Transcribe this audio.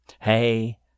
Hey